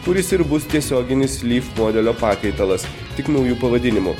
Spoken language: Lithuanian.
kuris ir bus tiesioginis lyv modelio pakaitalas tik nauju pavadinimu